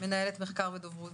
מנהלת מחקר ודוברות של הקו לעובד,